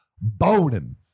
boning